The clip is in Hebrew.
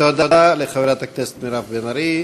תודה לחברת הכנסת מירב בן ארי.